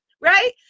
right